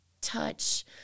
touch